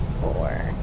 four